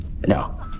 no